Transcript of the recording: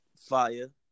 fire